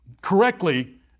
correctly